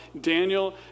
Daniel